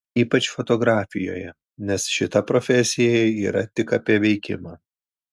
ypač fotografijoje nes šita profesija yra tik apie veikimą